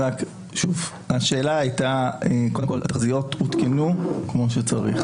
בסופו של דבר התחזיות עודכנו כמו שצריך.